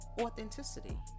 authenticity